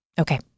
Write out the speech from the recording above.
Okay